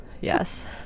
Yes